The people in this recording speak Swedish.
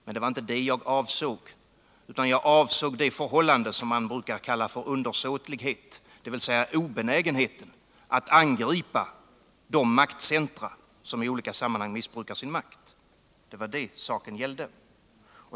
Men det var inte det jag avsåg, utan jag avsåg det förhållande som man brukar kalla för undersåtlighet, dvs. en absolut obenägenhet att angripa de maktcentra som i olika sammanhang missbrukar sin makt. Det var det saken gällde.